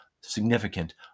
significant